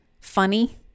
funny